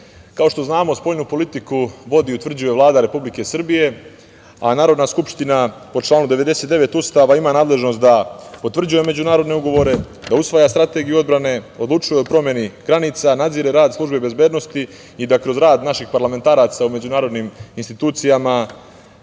što znamo, spoljnu politiku vodi i utvrđuje Vlada Republike Srbije, a Narodna skupština po članu 99. Ustava ima nadležnost da potvrđuje međunarodne ugovore, da usvaja strategiju odbrane, odlučuje o promeni granica, nadzire rad službi bezbednosti i da kroz rad naših parlamentaraca u međunarodnim institucijama